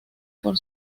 por